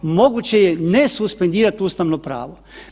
Moguće je ne suspendirat ustavno pravo.